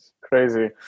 Crazy